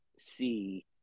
see